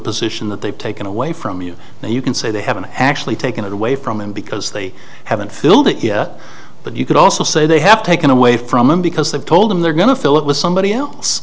position that they've taken away from you and you can say they haven't actually taken it away from him because they haven't filled it yet but you could also say they have taken away from him because they've told him they're going to fill it with somebody else